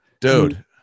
dude